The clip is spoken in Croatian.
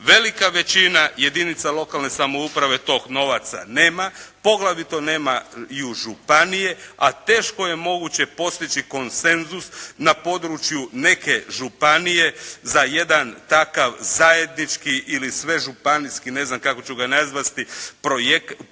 Velika većina jedinica lokalne samouprave tih novaca nema, poglavito nemaju županije, a teško je moguće postići konsenzus na području neke županije za jedan takav zajednički ili svežupanijski ne znam kako ću ga nazvati, projekat